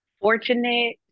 fortunate